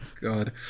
God